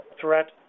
threat